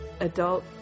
adult